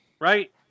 right